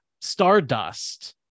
stardust